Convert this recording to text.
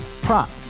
Prop